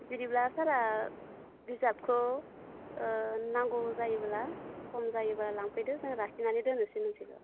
बिदिब्ला सारआ बिजाबखौ नांगौ जायोब्ला सम जायोबा लांफैदो जों लाखिनानै दोननोसै गांसेल'